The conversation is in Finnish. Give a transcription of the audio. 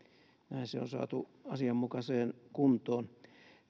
näin se on saatu asianmukaiseen kuntoon